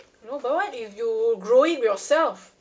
no but what if you grow it yourself